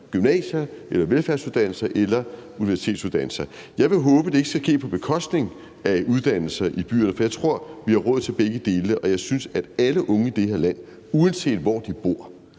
gymnasier, velfærdsuddannelser eller universitetsuddannelser. Jeg vil håbe, at det ikke skal ske på bekostning af uddannelser i byerne, for jeg tror, vi har råd til begge dele, og jeg synes, at alle unge i det her land, uanset hvor de bor,